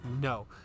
no